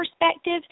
perspective